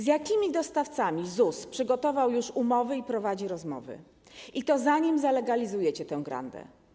Z jakimi dostawcami ZUS przygotował już umowy i prowadzi rozmowy, i to zanim zalegalizujecie tę grandę?